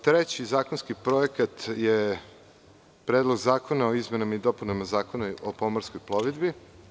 Treći zakonski projekat je Predlog zakona o izmenama i dopunama Zakona o pomorskoj plovidbi.